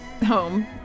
home